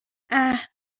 اَه